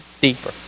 deeper